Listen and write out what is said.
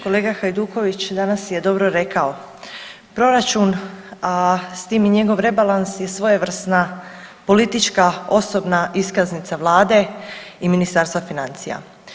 Kolega Hajduković danas je dobro rekao, proračun, a s tim i njegov rebalans je svojevrsna politička osobna iskaznica vlade i Ministarstva financija.